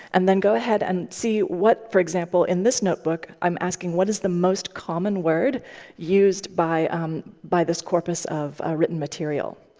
and then go ahead and see what for example, in this notebook, i'm asking what is the most common word used by by this corpus of written material.